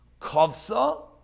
Kavsa